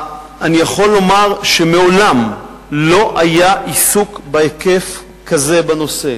אני יכול לומר שמעולם לא היה עיסוק בהיקף כזה בנושא